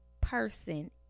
person